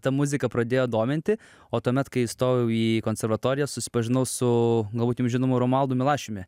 ta muzika pradėjo dominti o tuomet kai įstojau į konservatoriją susipažinau su galbūt jum žinomu romualdu milašiumi